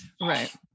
Right